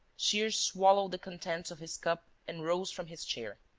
shears swallowed the contents of his cup and rose from his chair.